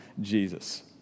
Jesus